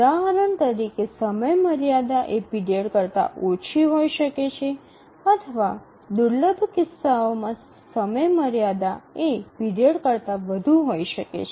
ઉદાહરણ તરીકે સમયમર્યાદા એ પીરિયડ કરતા ઓછી હોઇ શકે છે અથવા દુર્લભ કિસ્સાઓમાં સમયમર્યાદા એ પીરિયડ કરતા વધુ હોઈ શકે છે